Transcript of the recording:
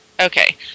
okay